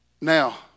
now